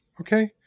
Okay